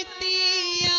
d